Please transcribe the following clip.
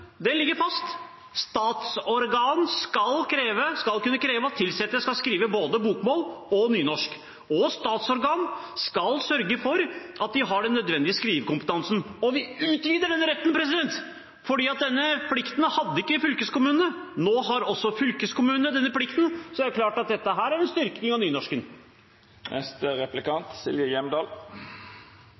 ligger det fast. Statsorgan skal kunne kreve at ansatte skal skrive både bokmål og nynorsk, og statsorgan skal sørge for at de har den nødvendige skrivekompetansen. Vi utvider også denne retten, for den plikten hadde ikke fylkeskommunene. Nå har også fylkeskommunene denne plikten, så det er klart at dette er en styrking av nynorsken.